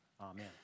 Amen